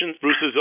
Bruce's